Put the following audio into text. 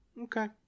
okay